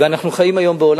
ואם אנחנו שמים לב,